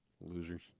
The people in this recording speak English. Losers